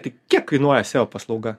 tai kiek kainuos jo paslauga